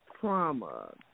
trauma